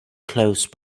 close